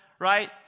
right